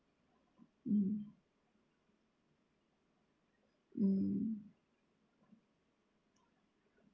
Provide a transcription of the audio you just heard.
mm mm